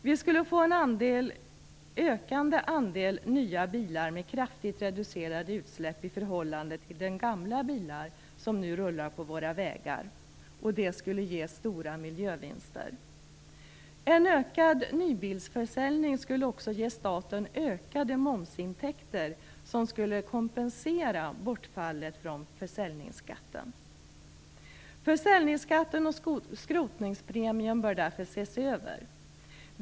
Vi skulle få en ökande andel nya bilar med kraftigt reducerade utsläpp i förhållande till de gamla bilar som nu rullar på våra vägar. Det skulle ge stora miljövinster. En ökad nybilsförsäljning skulle också ge staten ökade momsintäkter som skulle kompensera bortfallet från försäljningsskatten. Försäljningsskatten och skrotningspremien bör därför ses över.